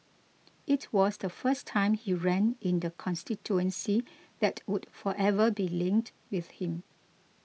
it was the first time he ran in the constituency that would forever be linked with him